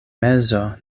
mezo